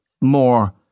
more